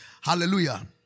Hallelujah